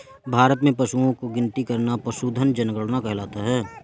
भारत में पशुओं की गिनती करना पशुधन जनगणना कहलाता है